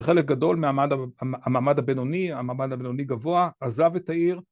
חלק גדול מהמעמד הבינוני, המעמד הבינוני גבוה, עזב את העיר